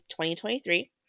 2023